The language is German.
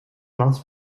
maß